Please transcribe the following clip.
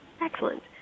Excellent